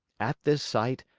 at this sight,